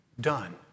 done